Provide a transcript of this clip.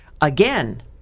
again